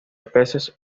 peces